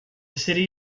city